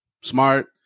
smart